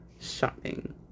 shopping